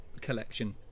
collection